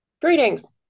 Greetings